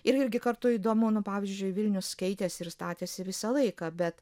ir irgi kartu įdomu nu pavyzdžiui vilnius keitėsi ir statėsi visą laiką bet